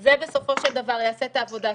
זה בסופו של דבר יעשה את העבודה.